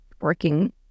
working